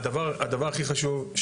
הדבר הכי חשוב,